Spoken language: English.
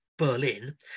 berlin